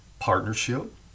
partnership